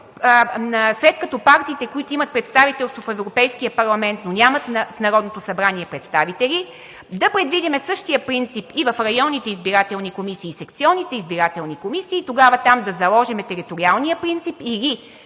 след като партиите, които имат представителство в Европейския парламент, но нямат в Народното събрание представители, да предвидим същия принцип и в районните избирателни комисии, и секционните избирателни комисии, и тогава там да заложим териториалния принцип, или